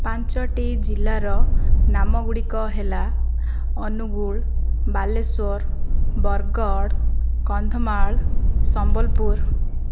ପାଞ୍ଚଟି ଜିଲ୍ଲାର ନାମଗୁଡ଼ିକ ହେଲା ଅନୁଗୁଳ ବାଲେଶ୍ୱର ବରଗଡ଼ କନ୍ଧମାଳ ସମ୍ବଲପୁର